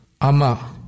Ama